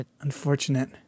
unfortunate